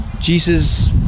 Jesus